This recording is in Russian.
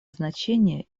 значение